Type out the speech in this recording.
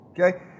Okay